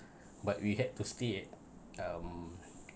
but we had to stay at um